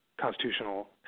constitutional